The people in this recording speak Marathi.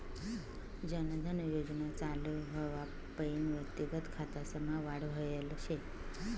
जन धन योजना चालू व्हवापईन व्यक्तिगत खातासमा वाढ व्हयल शे